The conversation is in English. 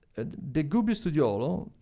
ah, the gubbio studiolo,